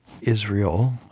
Israel